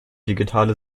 digitale